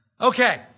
Okay